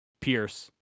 Pierce